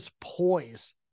poise